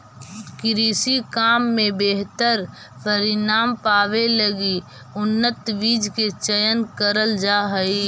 कृषि काम में बेहतर परिणाम पावे लगी उन्नत बीज के चयन करल जा हई